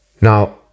Now